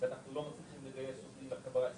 ואנחנו לא מצליחים לגייס עובדים מהחברה הישראלית,